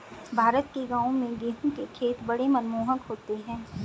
भारत के गांवों में गेहूं के खेत बड़े मनमोहक होते हैं